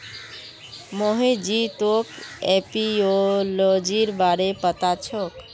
मोहित जी तोक एपियोलॉजीर बारे पता छोक